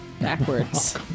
backwards